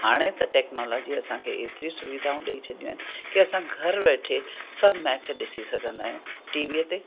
ऐं हाणे त टेक्नॉलोजी असांखे एतिरी सुविधाऊं ॾई छॾियूं आहिनि के असां घर वेठे सभु मैच ॾिसी सघंदा आहियूं टीवीअ ते